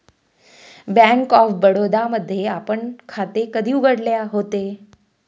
Bank of Baroda मध्ये आपण खाते कधी उघडले होते?